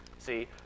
See